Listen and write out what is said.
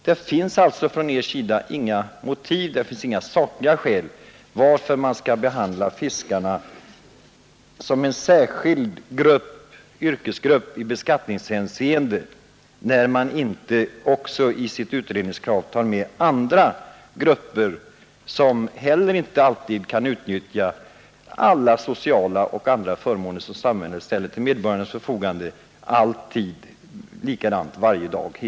Det finns alltså inga sakliga skäl att behandla fiskarna som en särskild yrkesgrupp i beskattningshänseende, när man inte i utredningskravet tar med också andra grupper som inte heller alltid, varje dag hela året om, kan utnyttja sociala och andra förmåner som samhället ställer till medborgarnas förfogande.